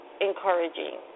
encouraging